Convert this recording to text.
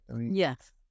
Yes